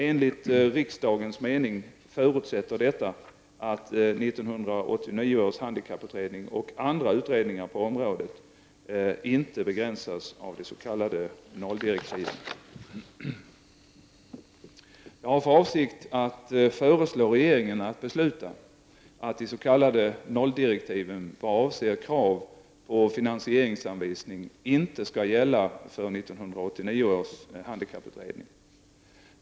Enligt riksdagens mening förutsätter detta att 1989 års handikapputredning och andra utredningar på området inte begränsas av de s.k. nolldirektiven. Jag har för avsikt att föreslå regeringen att besluta att de s.k. nolldirektiven vad avser krav på finansieringsanvisning inte skall gälla för 1989 års handikapputredning.